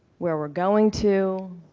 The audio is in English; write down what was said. where we're going to,